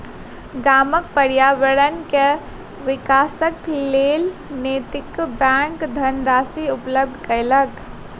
गामक पर्यावरण के विकासक लेल नैतिक बैंक धनराशि उपलब्ध केलक